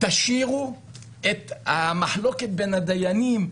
תשאירו את המחלוקת בין הדיינים,